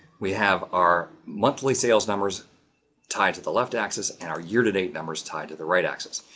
we have our monthly sales numbers tied to the left axis and our year to date numbers tied to the right axis.